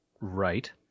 right